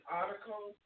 article